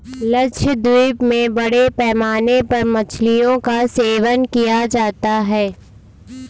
लक्षद्वीप में बड़े पैमाने पर मछलियों का सेवन किया जाता है